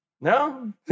No